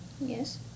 Yes